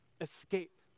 escape